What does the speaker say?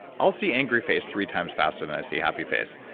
i'll see angry face three times faster than i see happy face.